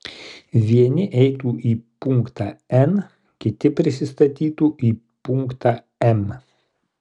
vieni eitų į punktą n kiti prisistatytų į punktą m